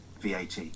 VAT